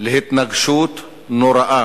להתנגשות נוראה.